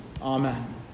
Amen